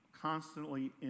Constantly